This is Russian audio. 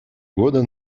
года